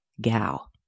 gal